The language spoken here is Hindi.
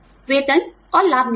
वेतन और लाभ नीतियाँ